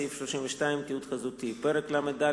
סעיף 32 (תיעוד חזותי); פרק ל"ד,